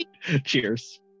cheers